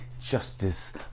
Justice